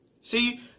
See